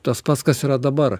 tas pats kas yra dabar